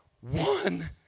one